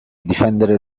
difendere